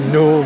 no